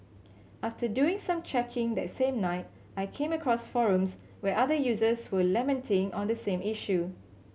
after doing some checking that same night I came across forums where other users were lamenting on the same issue